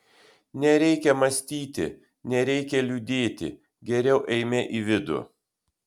nereikia mąstyti nereikia liūdėti geriau eime į vidų